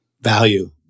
value